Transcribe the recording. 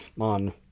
on